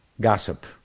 gossip